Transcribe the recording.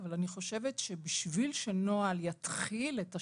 אבל אני חושבת שבשביל שנוהל יתחיל את השינוי,